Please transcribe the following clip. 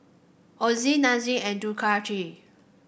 Ozi Nestum and Ducati